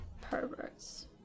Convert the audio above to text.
Perverts